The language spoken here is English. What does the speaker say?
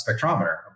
spectrometer